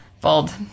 Bold